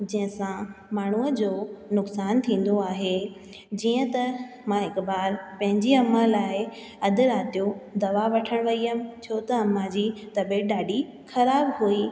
जंहिंसां माण्हूअ जो नुक़सानु थींदो आहे जीअं त मां हिकु बार पंहिंजी अम्मा लाइ अधु राति जो दवा वठणु वई हुअमि छो त अम्मा जी तबीअत ॾाढी ख़राब हुई